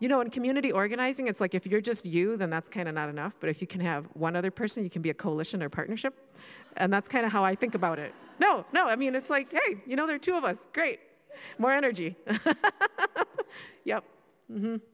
you know in community organizing it's like if you're just you then that's kind of not enough but if you can have one other person you can be a coalition or partnership and that's kind of how i think about it no no i mean it's like a you know there are two of us great more energy